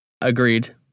Agreed